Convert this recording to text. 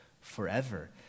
forever